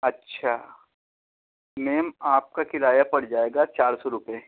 اچھا میم آپ کا کرایہ پڑ جائے گا چار سو روپئے